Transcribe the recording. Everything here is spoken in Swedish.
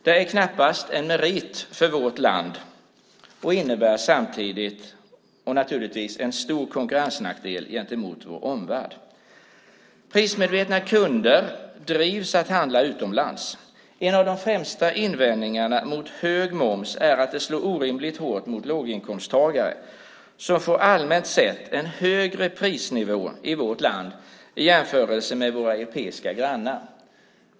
Det är knappast en merit för vårt land, och samtidigt innebär det naturligtvis en stor konkurrensnackdel gentemot vår omvärld. Prismedvetna kunder drivs att handla utomlands. En av de främsta invändningarna mot hög moms är att den slår orimligt hårt mot låginkomsttagare. Allmänt sett blir det en högre prisnivå i vårt land än det är hos våra europeiska grannar.